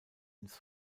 ins